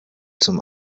zum